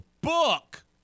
book